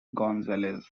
gonzalez